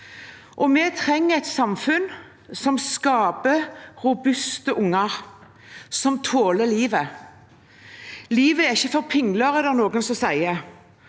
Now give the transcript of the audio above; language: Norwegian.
Vi trenger et samfunn som skaper robuste unger som tåler livet. Livet er ikke for pingler, er det noen som sier.